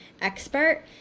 expert